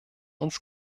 uns